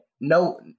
no